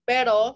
Pero